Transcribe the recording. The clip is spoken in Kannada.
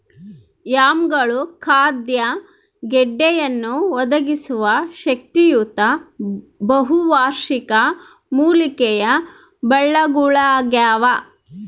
ಯಾಮ್ಗಳು ಖಾದ್ಯ ಗೆಡ್ಡೆಯನ್ನು ಒದಗಿಸುವ ಶಕ್ತಿಯುತ ಬಹುವಾರ್ಷಿಕ ಮೂಲಿಕೆಯ ಬಳ್ಳಗುಳಾಗ್ಯವ